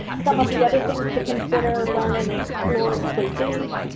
some of the other things to consider, learn and explore include these,